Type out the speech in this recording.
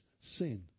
sin